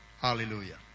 Hallelujah